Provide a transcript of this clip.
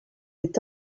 est